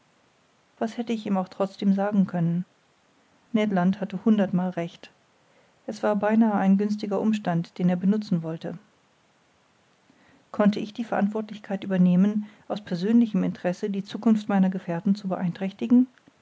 was hätte ich ihm auch trotzdem sagen können ned land hatte hundertmal recht es war beinahe ein günstiger umstand den er benutzen wollte konnte ich die verantwortlichkeit übernehmen aus persönlichem interesse die zukunft meiner gefährten zu beeinträchtigen